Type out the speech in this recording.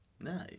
No